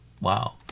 wow